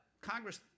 Congress